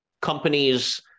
companies